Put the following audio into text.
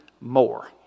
more